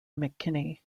mckinney